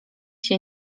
się